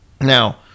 Now